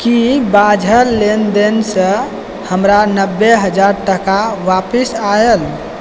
की बाझल लेनदेनसँ हमरा नब्बे हजार टाका वापिस आयल